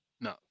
No